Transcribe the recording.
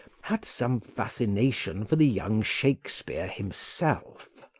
had some fascination for the young shakespeare himself.